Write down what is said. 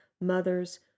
mother's